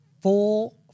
four